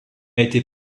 été